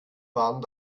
warnen